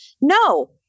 No